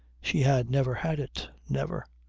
she had never had it. never.